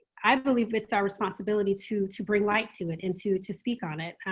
i believe it's our responsibility to to bring light to it and to to speak on it.